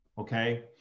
Okay